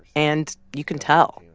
and you can tell.